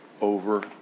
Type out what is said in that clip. Over